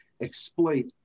exploit